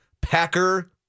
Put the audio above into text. Packer